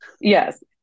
Yes